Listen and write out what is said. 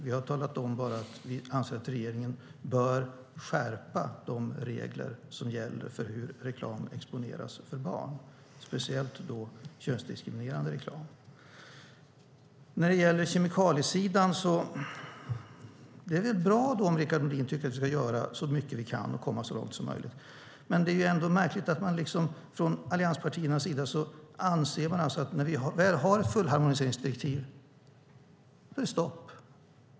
Vi har bara talat om att vi anser att regeringen bör skärpa de regler som finns för hur reklam exponeras för barn, speciellt könsdiskriminerande reklam. När det gäller kemikalier är det bra om Rickard Nordin tycker att vi ska göra så mycket vi kan och komma så långt som möjligt. Men det är ändå märkligt att man från allianspartiernas sida liksom anser att när vi väl har fullharmoniseringsdirektiv så är det stopp.